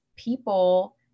People